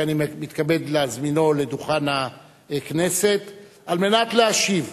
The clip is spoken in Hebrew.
שאני מתכבד להזמינו לדוכן הכנסת להשיב